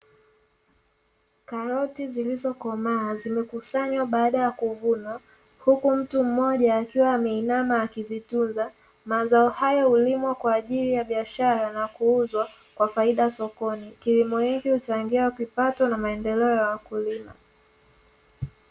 Karoti zilizokomaa zimekusanywa baada ya kuvunwa huku mtu mmoja akiwa ameinama akizitunza. Mazao haya hulimwa kwa ajili ya biashara na kuuzwa kwa faida sokoni. Kilimo hiki huchangia mapato na maendeleo ya wakulima.